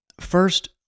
First